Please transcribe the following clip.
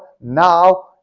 now